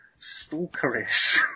stalkerish